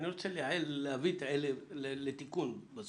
רוצה לייעל את הדיון ולהביא תיקון.